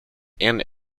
and